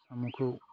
साम'खौ